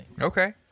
Okay